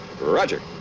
roger